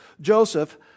Joseph